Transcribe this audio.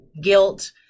guilt